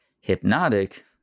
Hypnotic